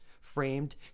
framed